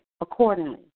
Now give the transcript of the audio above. accordingly